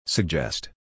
Suggest